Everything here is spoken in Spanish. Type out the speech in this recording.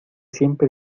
siempre